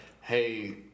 Hey